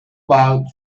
about